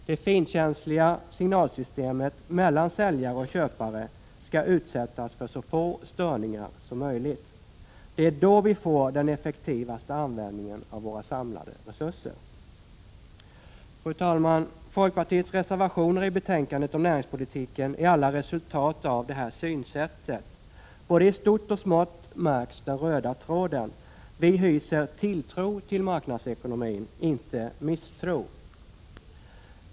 Det finkänsliga signalsystemet mellan säljare och köpare skall utsättas för så få störningar som möjligt. Det är då vi får den effektivaste användningen av våra samlade resurser. Fru talman! Folkpartiets reservationer i betänkandet om näringspolitiken är alla resultat av det här synsättet. Både i stort och smått märks den röda tråden — vi hyser tilltro till marknadsekonomin — inte misstro!